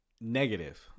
Negative